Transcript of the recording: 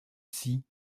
ici